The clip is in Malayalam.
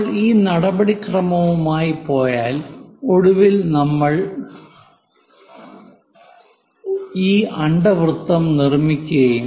നമ്മൾ ഈ നടപടിക്രമവുമായി പോയാൽ ഒടുവിൽ നമ്മൾ ഈ അണ്ഡവൃത്തം നിർമ്മിക്കും